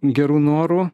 gerų norų